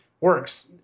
works